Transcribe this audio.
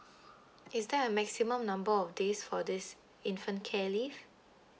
is there a maximum number of days for this infant care leave